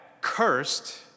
cursed